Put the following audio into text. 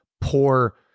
poor